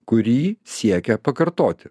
kurį siekia pakartoti